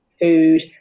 food